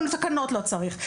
גם תקנות לא צריך.